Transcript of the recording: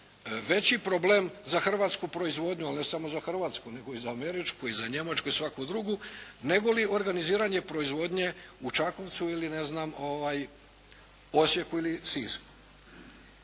veći problem za hrvatsku proizvodnju ali ne samo za hrvatsku, nego i za američku i za njemačku i svaku drugu, negoli organiziranje proizvodnje u Čakovcu ili ne znam Osijeku ili Sisku.